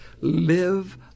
Live